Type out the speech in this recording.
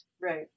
Right